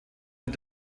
mit